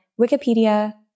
Wikipedia